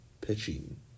pitching